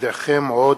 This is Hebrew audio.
אודיעכם עוד,